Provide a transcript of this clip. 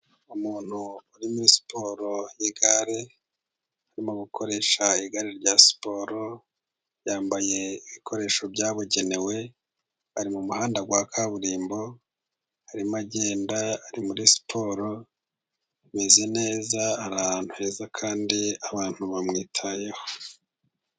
umuntu uri muri siporo y'igare arimo gukoresha igare rya siporo, yambaye ibikoresho byabugenewe, ari mu muhanda wa kaburimbo, arimo agenda ari muri siporo, ameze neza, ari ahantu heza, kandi abantu bamwitayeho.